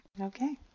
Okay